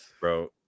Bro